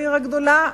העיר הגדולה,